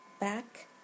back